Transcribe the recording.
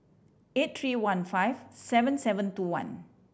eight three one five seven seven two one